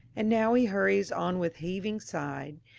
and now he hurries on with heaving side,